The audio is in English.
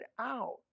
out